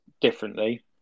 differently